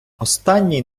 останній